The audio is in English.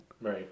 Right